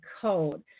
Code